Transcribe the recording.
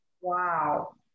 Wow